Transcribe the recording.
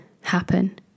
happen